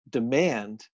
demand